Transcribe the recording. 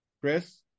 Chris